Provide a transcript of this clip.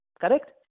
Correct